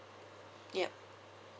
yup